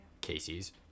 Casey's